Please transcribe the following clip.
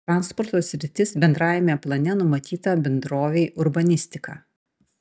transporto sritis bendrajame plane numatyta bendrovei urbanistika